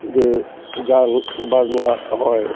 যে গান বাজনা হয়